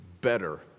better